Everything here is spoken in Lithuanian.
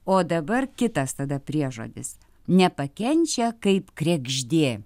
o dabar kitas tada priežodis nepakenčia kaip kregždė